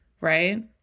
right